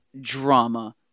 drama